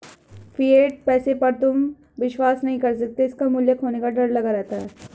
fiat पैसे पर तुम विश्वास नहीं कर सकते इसका मूल्य खोने का डर लगा रहता है